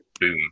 boom